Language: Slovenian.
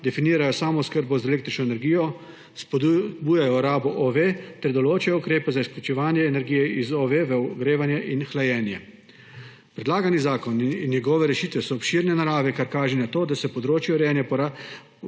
definirajo samooskrbo z električno energijo, spodbujajo rabo OVE ter določajo ukrepe za vključevanje energije iz OVE v ogrevanje in hlajenje. Predlagani zakon in njegove rešitve so obširne narave, kar kaže na to, da se področje urejanja